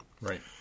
right